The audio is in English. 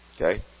Okay